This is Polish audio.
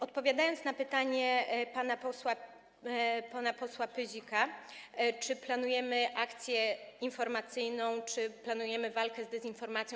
Odpowiadając na pytanie pana posła Pyzika, czy planujemy akcję informacyjną, czy planujemy walkę z dezinformacją.